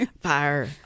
fire